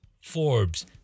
Forbes